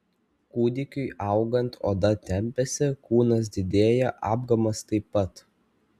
kūdikiui augant oda tempiasi kūnas didėja apgamas taip pat